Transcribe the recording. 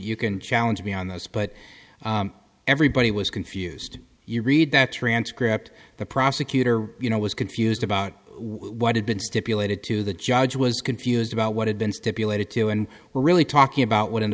you can challenge me on this but everybody was confused you read the transcript the prosecutor you know was confused about what had been stipulated to the judge was confused about what had been stipulated to and we're really talking about what an